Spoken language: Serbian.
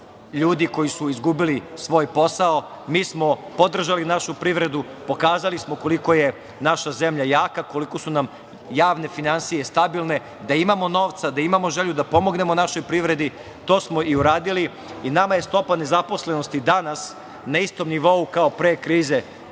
ljudi koji su izgubili svoj posao. Mi smo podržali našu privredu, pokazali smo koliko je naša zemlja jaka, koliko su nam javne finansije stabilne, da imamo novca, da imamo želju da pomognemo našoj privredi, to smo i uradili. Nama je stopa nezaposlenosti danas na istom nivou kao i pre krize,